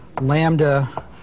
lambda